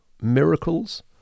miracles